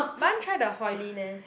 but I want try the Hollin eh